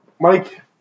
Mike